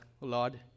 lord